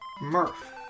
Murph